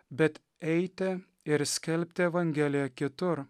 bet eiti ir skelbti evangeliją kitur